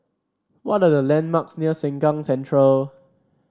what are the landmarks near Sengkang Central